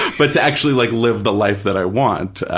but to actually like live the life that i want,